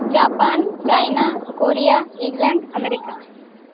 Japan China Korea England America